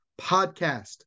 Podcast